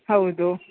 ಹೌದು